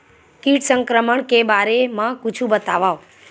कीट संक्रमण के बारे म कुछु बतावव?